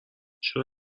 چرا